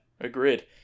agreed